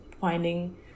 finding